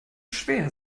schwer